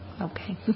okay